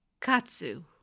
Katsu